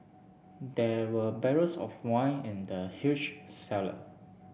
there were barrels of wine in the huge cellar